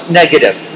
negative